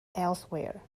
elsewhere